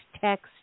text